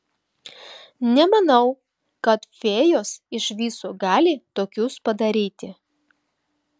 nemanau kad fėjos iš viso gali tokius padaryti